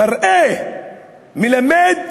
מראה שמלמד